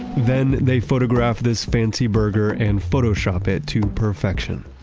then they photograph this fancy burger and photoshop it to perfection